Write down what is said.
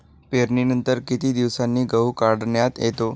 पेरणीनंतर किती दिवसांनी गहू काढण्यात येतो?